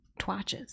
twatches